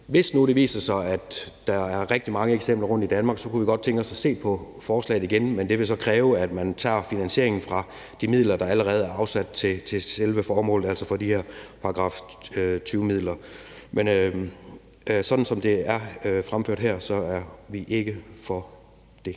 Hvis nu det viser sig, at der er rigtig mange eksempler rundtom i Danmark, så kunne vi godt tænke os at se på forslaget igen, men det vil så kræve, at man tager finansieringen fra de midler, der allerede er afsat til selve formålet, altså fra de her § 20-midler. Men sådan som det er fremført her, er vi ikke for det.